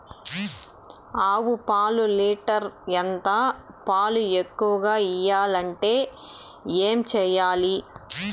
ఆవు పాలు లీటర్ ఎంత? పాలు ఎక్కువగా ఇయ్యాలంటే ఏం చేయాలి?